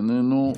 איננו.